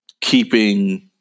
keeping